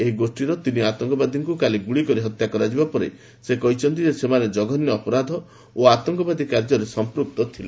ଏହି ଗୋଷ୍ଠୀର ତିନି ଆତଙ୍କବାଦୀଙ୍କୁ କାଲି ଗୁଳିକରି ହତ୍ୟା କରାଯିବା ପରେ ସେ କହିଛନ୍ତି ଯେ ଏମାନେ ଜଘନ୍ୟ ଅପରାଧ ଓ ଆତଙ୍କବାଦୀ କାର୍ଯ୍ୟରେ ସମ୍ପୃକ୍ତ ଥିଲେ